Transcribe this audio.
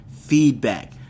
feedback